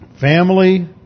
family